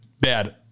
bad